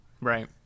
right